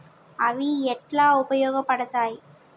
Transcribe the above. అవి ఎట్లా ఉపయోగ పడతాయి?